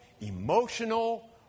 emotional